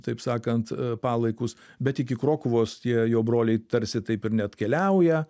taip sakant palaikus bet iki krokuvos tie jo broliai tarsi taip ir neatkeliauja